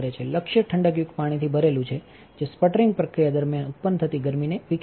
લક્ષ્ય ઠંડકયુક્ત પાણીથી ભરેલું છે જે સ્પટરિંગપ્રક્રિયાદરમિયાન ઉત્પન્ન થતી ગરમીને વિખેરશે